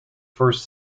first